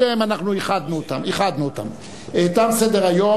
רבותי חברי הכנסת, אדוני השר, תם סדר-היום.